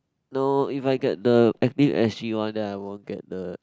no if I get the Active S_G one then I won't get the